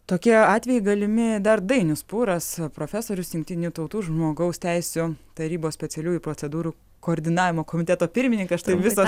tokie atvejai galimi dar dainius pūras profesorius jungtinių tautų žmogaus teisių tarybos specialiųjų procedūrų koordinavimo komiteto pirmininkas štai ir visos